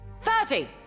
Thirty